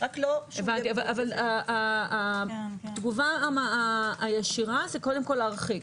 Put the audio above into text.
-- אבל התגובה הישירה זה קודם כל להרחיק.